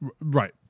Right